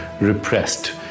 repressed